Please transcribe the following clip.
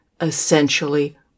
essentially